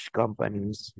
companies